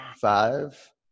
Five